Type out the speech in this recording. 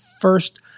first